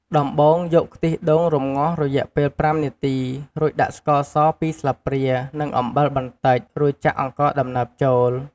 ដំបូងយកខ្ទិះដូចរំងាស់រយៈពេល៥នាទី រួចដាក់ស្ករស២ស្លាបព្រា និងអំបិលបន្តិច រួចចាក់អង្ករដំណើបចូល។